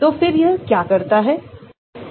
तो फिर यह क्या करता है